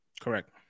Correct